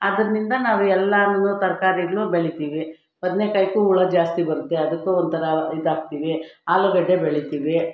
ಅದರಿಂದ ನಾವು ಎಲ್ಲವೂ ತರಕಾರಿನೂ ಬೆಳಿತೀವಿ ಬದನೇಕಾಯ್ಗು ಹುಳ ಜಾಸ್ತಿ ಬರುತ್ತೆ ಅದಕ್ಕೂ ಒಂಥರಾ ಇದಾಕ್ತೀವಿ ಆಲೂಗಡ್ಡೆ ಬೆಳಿತೀವಿ